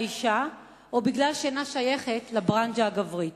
אשה או משום שאינה שייכת לברנז'ה הגברית.